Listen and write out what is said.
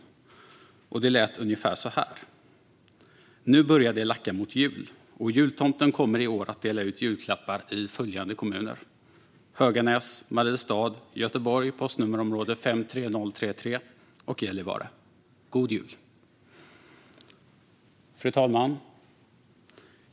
Det lät ungefär så här: Nu börjar det lacka mot jul, och jultomten kommer i år att dela ut julklappar i följande kommuner: Höganäs, Mariestad, Göteborg postnummerområde 530 33 och Gällivare. God jul! Fru talman!